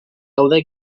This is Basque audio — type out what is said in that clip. gaude